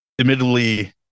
admittedly